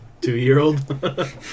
two-year-old